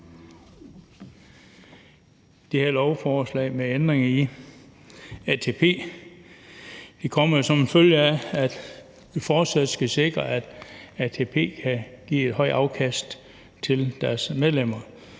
Det her lovforslag om ændringer i ATP skal sikre, at ATP kan give et højt afkast til deres medlemmer